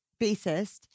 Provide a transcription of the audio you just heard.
bassist